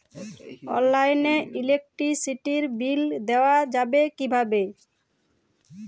অনলাইনে ইলেকট্রিসিটির বিল দেওয়া যাবে কিভাবে?